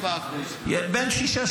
7%. בין 6%,